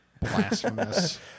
blasphemous